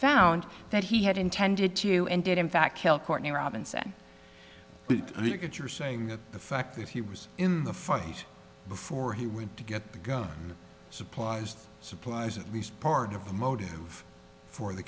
found that he had intended to and did in fact kill courtney robinson you're saying that the fact that he was in the funnies before he went to get the gun supplies supplies at least part of the motive for the